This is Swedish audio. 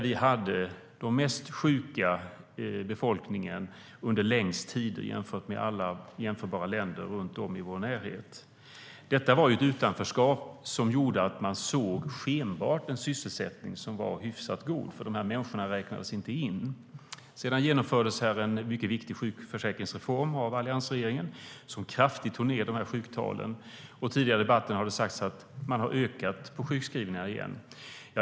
Vi hade den mest sjuka befolkningen under längst tid jämfört med alla jämförbara länder runt om i vår närhet. Detta var ett utanförskap som gjorde att man skenbart såg en sysselsättning som var hyfsat god, eftersom dessa människor inte räknades in. Sedan genomfördes en mycket viktig sjukförsäkringsreform av alliansregeringen som kraftigt tog ned sjuktalen. Tidigare i debatten har det sagts att man har ökat sjukskrivningarna igen.